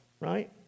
right